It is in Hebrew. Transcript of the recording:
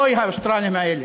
אוי, האוסטרלים האלה.